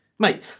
Mate